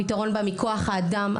הפתרון בא מכוח האדם.